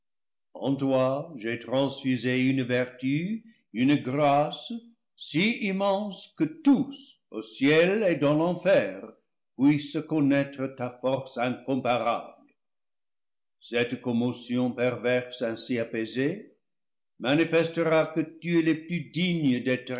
en toi j'ai transfusé une vertu une grâce si immense que tous au ciel et dans l'enfer puissent connaître ta force incompa rable cette commotion perverse ainsi apaisée manifestera que tu es le plus digne